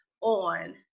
on